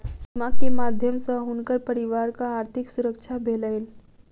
बीमा के माध्यम सॅ हुनकर परिवारक आर्थिक सुरक्षा भेलैन